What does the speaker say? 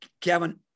Kevin